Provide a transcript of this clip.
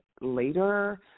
later